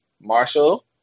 Marshall